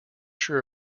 sure